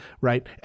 right